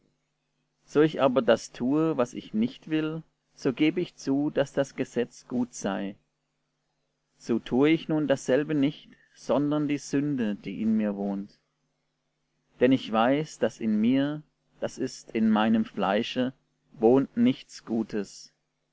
so ich aber das tue was ich nicht will so gebe ich zu daß das gesetz gut sei so tue ich nun dasselbe nicht sondern die sünde die in mir wohnt denn ich weiß daß in mir das ist in meinem fleische wohnt nichts gutes